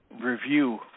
review